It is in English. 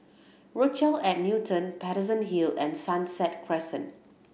Rochelle at Newton Paterson Hill and Sunset Crescent